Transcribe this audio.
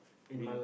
been